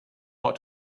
how